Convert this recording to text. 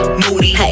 moody